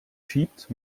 schiebt